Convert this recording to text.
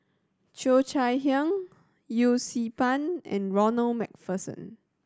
Cheo Chai Hiang Yee Siew Pun and Ronald Macpherson